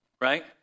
right